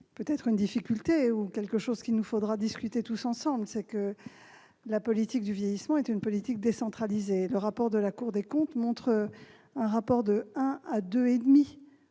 peut-être une difficulté, ou quelque chose qu'il nous faudra discuter tous ensemble, à savoir que la politique du vieillissement est décentralisée. Le rapport de la Cour des comptes montre un rapport allant de 1 à 2,5